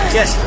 yes